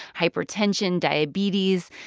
hypertension, diabetes,